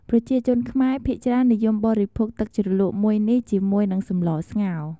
ប្រជាជនខ្មែរភាគច្រើននិយមបរិភោគទឹកជ្រលក់មួយនេះ ជាមួយនឹងសម្លស្ងោរ។